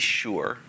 sure